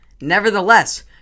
Nevertheless